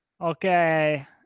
Okay